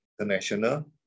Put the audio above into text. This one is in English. international